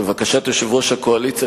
לבקשת יושב-ראש הקואליציה,